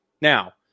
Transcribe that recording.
Now